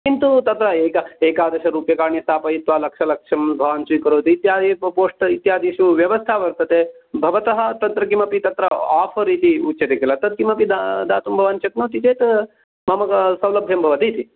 किन्तु तत्र एका एकादशरूप्यकाणि स्थापयित्वा लक्षलक्ष भवान् स्वीकरोतु इत्यदि पोष्ट् इत्यादिषु व्यवस्था वर्तते भवतः तत्र किमपि तत्र आफर् इति उच्यते खिल तत् किमपि दातुं भवान् शक्नोति चेत् मम सौलभ़्यं भवति इति